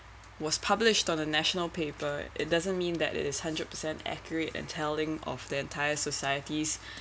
was published on the national paper it doesn't mean that it is hundred percent accurate and telling of the entire societies